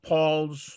Paul's